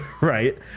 right